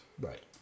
Right